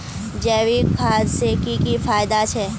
जैविक खाद से की की फायदा छे?